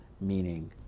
Meaning